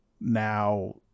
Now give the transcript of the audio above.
now